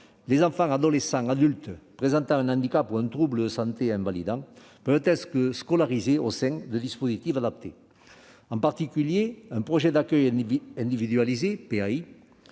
les enfants, adolescents et adultes présentant un handicap ou un trouble de santé invalidant peuvent être scolarisés au sein de dispositifs adaptés. En particulier, un projet d'accueil individualisé peut